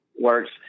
works